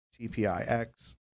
TPIX